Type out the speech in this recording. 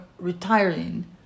Retiring